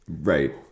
Right